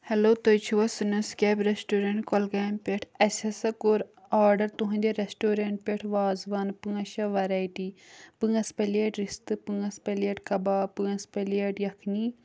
hello تُہۍ چھو حظ سٕنو سِکیپ ریسٹورنٛٹ کۄلگامہِ پٮ۪ٹھ اَسہِ ہسا کوٚر آرڈر تُہنٛدِ ریٚسٹورنٛٹ پٮ۪ٹھ وازوان پانٛژھ شیٚے ویرایٹی پانٛژھ پَلیٹ رِستہٕ پانٛژھ پَلیٹ کَباب پانٛژھ پَلیٹ یکھنۍ